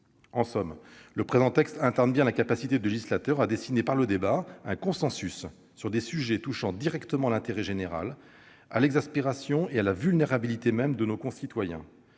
En somme, le présent texte incarne bien la capacité du législateur à dessiner par le débat un consensus sur des sujets touchant directement à l'intérêt général, à l'exaspération et à la vulnérabilité même de nos concitoyens.